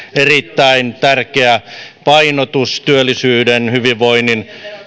erittäin tärkeä painotus työllisyyden hyvinvoinnin